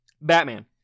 Batman